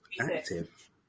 active